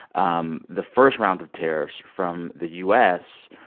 um the first round of tariffs from the u s.